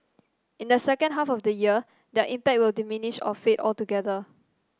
in the second half of the year their impact will diminish or fade altogether